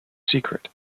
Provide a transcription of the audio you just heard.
secret